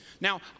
Now